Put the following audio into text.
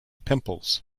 pimples